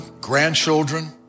grandchildren